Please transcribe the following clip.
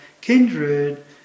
kindred